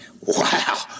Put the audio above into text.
wow